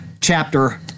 chapter